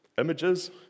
images